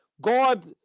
god